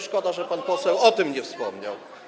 szkoda, że pan poseł o tym nie wspomniał.